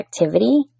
activity